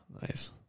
nice